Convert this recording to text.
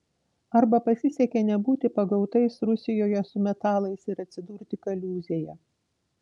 arba pasisekė nebūti pagautais rusijoje su metalais ir atsidurti kaliūzėje